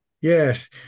Yes